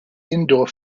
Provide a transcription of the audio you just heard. indoor